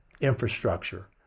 infrastructure